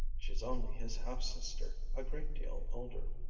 she's only his half-sister, a great deal older.